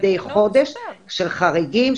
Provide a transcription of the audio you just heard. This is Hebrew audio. מדי חודש של חריגים,